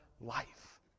life